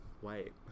white